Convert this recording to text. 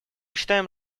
считаем